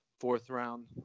fourth-round